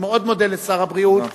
אני מאוד מודה לשר הבריאות,